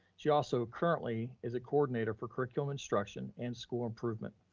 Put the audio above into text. she also currently is a coordinator for curricular instruction and school improvement.